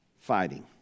Fighting